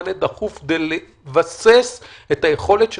אני חייב להגיד שאני לא מבין את ההתנהלות הזאת.